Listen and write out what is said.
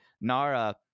Nara